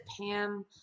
pam